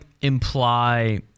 imply